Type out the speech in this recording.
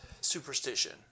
superstition